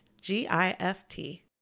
G-I-F-T